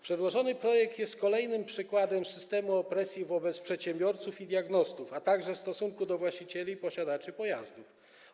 Przedłożony projekt jest kolejnym przykładem systemu opresji wobec przedsiębiorców i diagnostów, a także wobec właścicieli i posiadaczy pojazdów.